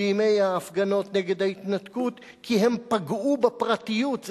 בימי ההפגנות נגד ההתנתקות כי הן פגעו בפרטיות,